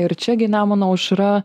ir čia gi nemuno aušra